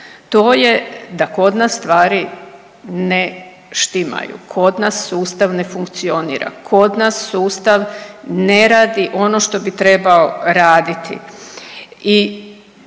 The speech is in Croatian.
to je da kod nas stvari ne štimaju, kod nas sustav ne funkcionira, kod nas sustav ne radi ono što bi trebao raditi. I